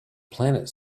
planet